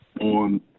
on